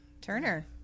Turner